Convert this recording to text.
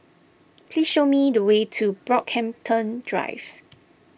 please show me the way to Brockhampton Drive